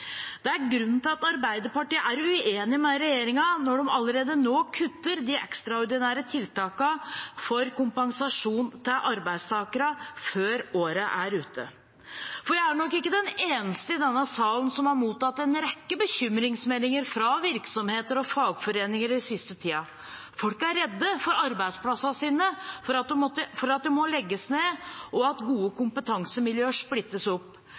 Det er grunnen til at Arbeiderpartiet er uenig med regjeringen når de allerede nå kutter de ekstraordinære tiltakene for kompensasjon til arbeidstakere før året er ute. Jeg er nok ikke den eneste i denne salen som har mottatt en rekke bekymringsmeldinger fra virksomheter og fagforeninger den siste tiden. Folk er redde for arbeidsplassene sine, for at de må legges ned og at gode kompetansemiljøer splittes opp.